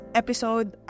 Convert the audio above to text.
episode